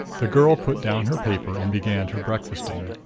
the girl put down her paper and began her breakfasting.